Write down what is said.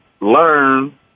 learn